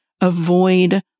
avoid